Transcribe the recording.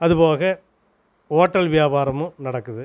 அதுபோக ஹோட்டல் வியாபாரமும் நடக்குது